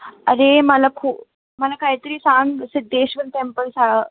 अरे मला खू मला काहीतरी सांग सिद्देश्वर टेम्पलसा